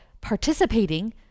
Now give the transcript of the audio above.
participating